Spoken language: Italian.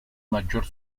maggior